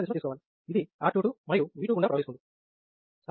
I2 current సరైన దిశలో తీసుకోవాలి ఇది R22 మరియు V2 గుండా ప్రవహిస్తుంది